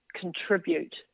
contribute